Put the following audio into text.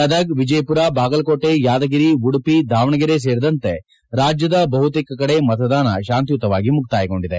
ಗದಗ ವಿಜಯಮರ ಬಾಗಲಕೋಟೆ ಯಾದಗಿರಿ ಉಡುಪಿ ದಾವಣಗೆರೆ ಸೇರಿದಂತೆ ರಾಜ್ಯದ ಬಹುತೇಕ ಕಡೆ ಮತದಾನ ಶಾಂತಯುತವಾಗಿ ಮುಕ್ತಾಯಗೊಂಡಿದೆ